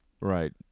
Right